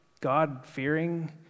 God-fearing